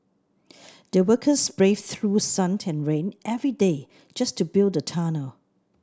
the workers braved through sun and rain every day just to build the tunnel